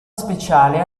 speciale